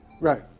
Right